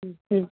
হুম হুম